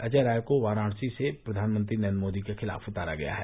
अजय राय को वाराणसी से प्रधानमंत्री नरेन्द्र मोदी के खिलाफ उतारा गया है